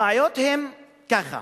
הבעיות הן ככה: